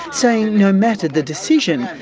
saying no matter the decision,